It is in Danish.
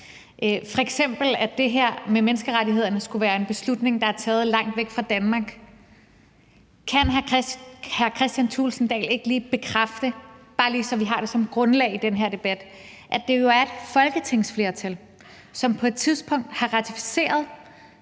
F.eks. at det her med menneskerettigheder skulle være en beslutning, der er taget langt væk fra Danmark. Kan hr. Kristian Thulesen Dahl ikke lige bekræfte – bare så vi har det som grundlag i den her debat – at det jo er et folketingsflertal, som på et tidspunkt har ratificeret